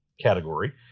category